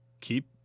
Keep